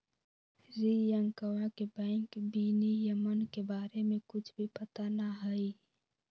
रियंकवा के बैंक विनियमन के बारे में कुछ भी पता ना हई